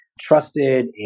trusted